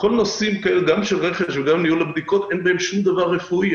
גם נושא הרכש וגם נושא ניהול הבדיקות אין בהם שום דבר רפואי,